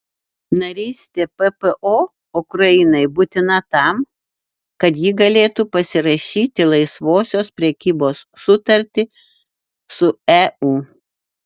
narystė ppo ukrainai būtina tam kad ji galėtų pasirašyti laisvosios prekybos sutartį su eu